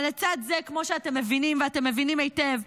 אבל לצד זה, כמו שאתם מבינים, ואתם מבינים היטב,